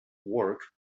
work